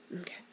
Okay